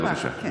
בבקשה, גברתי.